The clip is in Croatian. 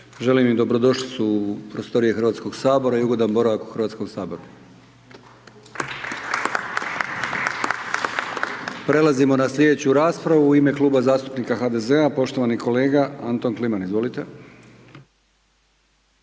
želim im dobrodošlicu u prostorije u Hrvatskog sabora i ugodan boravak u Hrvatskom saboru. /Pljesak./ Prelazimo na slijedeću raspravu u ime Kluba zastupnika HDZ-a poštovani kolega Anton Kliman, izvolite.